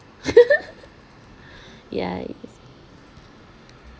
ya is